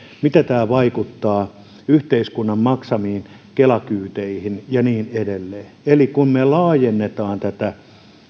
miten tämä vaikuttaa yhteiskunnan maksamiin kela kyyteihin ja niin edelleen kun me laajennamme tätä